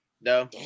no